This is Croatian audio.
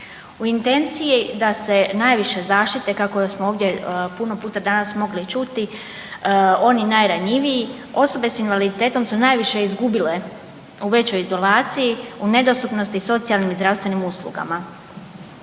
U intenciji da s najviše zaštite, kako smo ovdje puno puta danas mogli čuti, oni najranjiviji, osobe s invaliditetom su najviše izgubile u većoj izolaciji, u nedostupnosti socijalnim i zdravstvenim ustanovama.